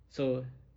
so